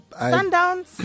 Sundowns